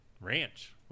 Ranch